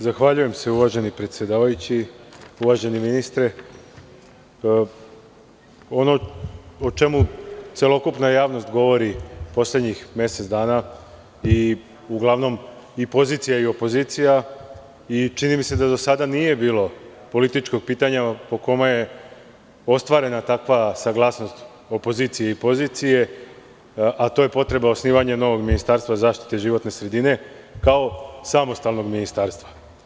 Zahvaljujem se uvaženi predsedavajući, uvaženi ministre, ono o čemu celokupna javnost govori poslednjih mesec dana, uglavnom i pozicija i opozicija, i čini mi se da do sada nije bilo političkog pitanja po kome je ostvarena takva saglasnost opozicije i pozicije, a to je potreba osnivanja novog ministarstva zaštite životne sredine, kao samostalnog ministarstva.